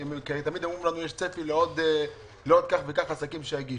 תמיד אומרים לנו שיש צפי לעוד כך וכך עסקים שיגישו.